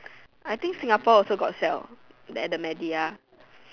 I think Singapore also got sell that at the media